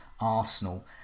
Arsenal